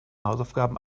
hausaufgaben